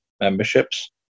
memberships